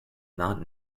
not